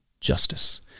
justice